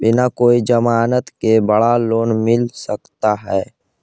बिना कोई जमानत के बड़ा लोन मिल सकता है?